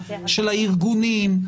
של הארגונים,